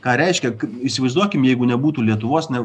ką reiškia įsivaizduokim jeigu nebūtų lietuvos ne